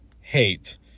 hate